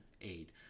aid